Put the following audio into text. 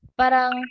parang